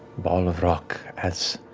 ball of rock as